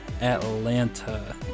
atlanta